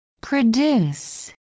produce